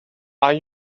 are